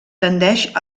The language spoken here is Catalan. tendeix